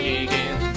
again